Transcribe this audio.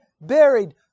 buried